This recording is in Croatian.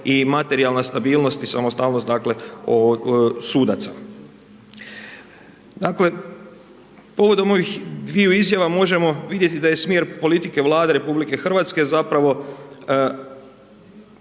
i materijalna stabilnost i samostalnost sudaca. Dakle povodom ovih dviju izjava možemo vidjeti da je smjer politike Vlade RH zapravo